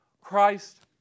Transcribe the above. Christ